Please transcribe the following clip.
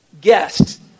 guest